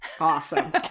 awesome